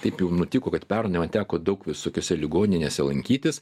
taip jau nutiko kad pernai man teko daug visokiose ligoninėse lankytis